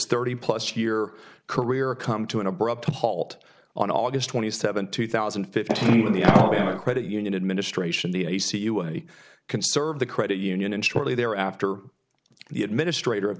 thirty plus year career come to an abrupt halt on august twenty seventh two thousand and fifteen when the credit union administration the a c u and conserve the credit union and shortly there after the administrator of the